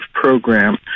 program